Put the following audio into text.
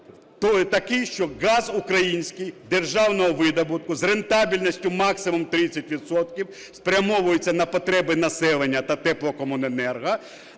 такий, що газ український, державного видобутку, з рентабельністю максимум 30 відсотків спрямовується на потреби населення та теплокомуненерго,